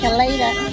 later